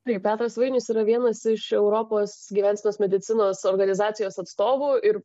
taip petras vainius yra vienas iš europos gyvensenos medicinos organizacijos atstovų ir